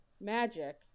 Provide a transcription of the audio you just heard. magic